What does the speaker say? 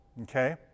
okay